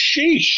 Sheesh